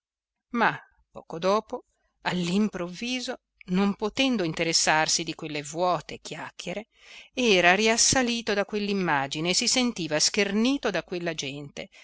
ma poco dopo all'improvviso non potendo interessarsi di quelle vuote chiacchiere era riassalito da quell'immagine e si sentiva schernito da quella gente